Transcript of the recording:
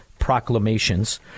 proclamations